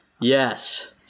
Yes